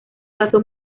pasó